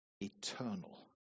eternal